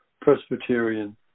Presbyterian